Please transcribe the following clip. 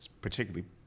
particularly